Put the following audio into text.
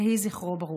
יהיה זכרו ברוך.